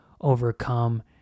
overcome